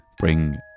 bring